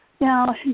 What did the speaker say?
Now